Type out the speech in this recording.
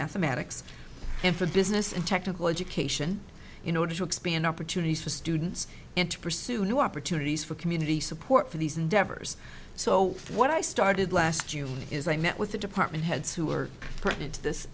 mathematics and for business and technical education in order to expand opportunities for students and to pursue new opportunities for community support for these endeavors so what i started last june is i met with the department heads who are pregnant